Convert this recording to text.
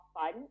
fun